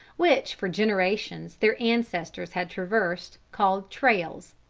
which for generations their ancestors had traversed, called trails.